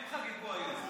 הם חגגו היום.